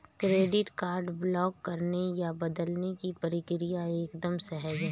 credit card block करने या बदलने की प्रक्रिया एकदम सहज है